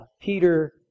Peter